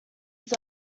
his